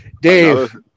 Dave